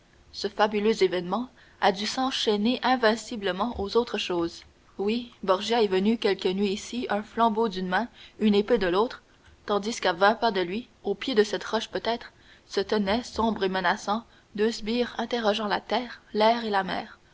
ce fabuleux événement a dû s'enchaîner invinciblement aux autres choses oui borgia est venu quelque nuit ici un flambeau d'une main une épée de l'autre tandis qu'à vingt pas de lui au pied de cette roche peut-être se tenaient sombres et menaçants deux sbires interrogeant la terre l'air et la mer